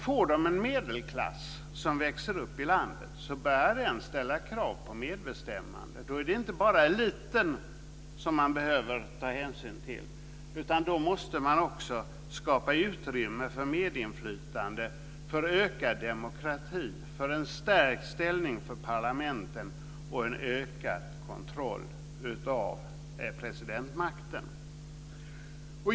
Får de en medelklass som växer upp i landet börjar den ställa krav på medbestämmande. Då är det inte bara eliten som man behöver ta hänsyn till. Då måste man också skapa utrymme för medinflytande, för ökad demokrati, för en stärkt ställning för parlamentet och för en ökad kontroll av presidentmakten.